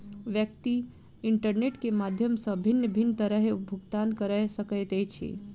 व्यक्ति इंटरनेट के माध्यम सॅ भिन्न भिन्न तरहेँ भुगतान कअ सकैत अछि